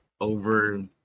over